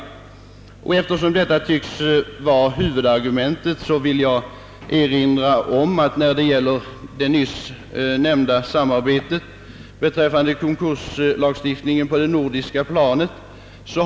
Eftersom detta tycks vara huvudargumentet, vill jag erinra om att förmånsrätten för skatter aktualiserats i det nyss nämnda samarbetet beträffande konkurslagstiftning på det nordiska planet.